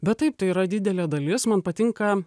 bet taip tai yra didelė dalis man patinka